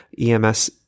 EMS